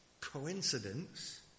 coincidence